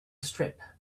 strip